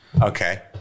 Okay